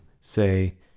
say